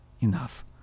enough